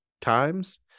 times